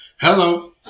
Hello